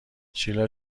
شیلا